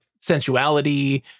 sensuality